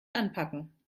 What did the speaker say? anpacken